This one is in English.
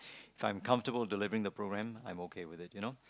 if I'm comfortable delivering the programme I'm okay with it you know